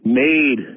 made